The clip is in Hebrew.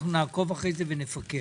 אנחנו נעקוב אחרי זה ונפקח.